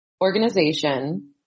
organization